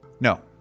no